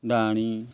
ଡାହାଣି